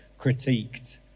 critiqued